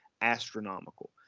astronomical